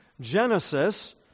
Genesis